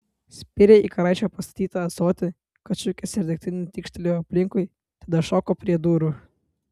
spyrė į karaičio pastatytą ąsotį kad šukės ir degtinė tykštelėjo aplinkui tada šoko prie durų